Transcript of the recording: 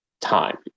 time